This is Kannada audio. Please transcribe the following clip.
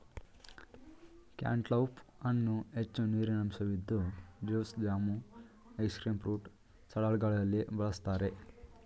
ಕ್ಯಾಂಟ್ಟಲೌಪ್ ಹಣ್ಣು ಹೆಚ್ಚು ನೀರಿನಂಶವಿದ್ದು juice, jam, ice cream, fruit ಸಲಾಡ್ಗಳಲ್ಲಿ ಬಳ್ಸತ್ತರೆ